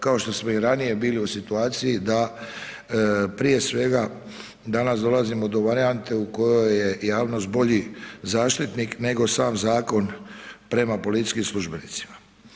Kao što smo i ranije bili u situaciju da, prije svega, danas dolazimo do varijante u kojoj je javnost bolji zaštitnik nego sam zakon prema policijskim službenicima.